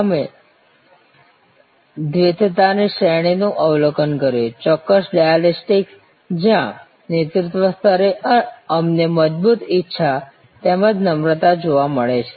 અમે દ્વૈતતાની શ્રેણીનું અવલોકન કર્યું ચોક્કસ ડાયાલેક્ટિક્સ જ્યાં નેતૃત્વ સ્તરે અમને મજબૂત ઇચ્છા તેમજ નમ્રતા જોવા મળે છે